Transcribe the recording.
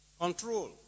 Control